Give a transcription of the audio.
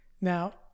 Now